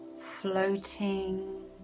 floating